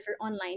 online